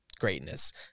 greatness